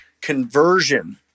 conversion